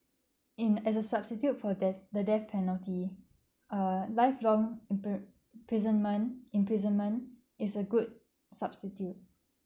in as a substitute for death the death penalty uh life long impri~ ~prisonment imprisonment is a good substitute